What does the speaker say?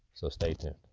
so stay tuned.